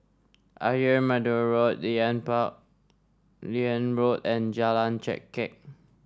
Ayer Merbau Road Liane Liane Road and Jalan Chengkek